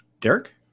Derek